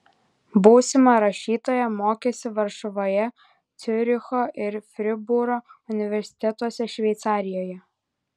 būsima rašytoja mokėsi varšuvoje ciuricho ir fribūro universitetuose šveicarijoje